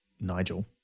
Nigel